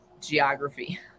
geography